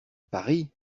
paris